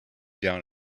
down